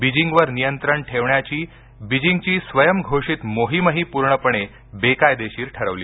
बीजिंगवर नियंत्रण ठेवण्याची बिजिंगची स्वयंघोषित मोहीमही पूर्णपणे बेकायदेशीर ठरविली